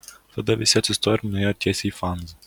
tada visi atsistojo ir nuėjo tiesiai į fanzą